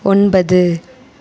ஒன்பது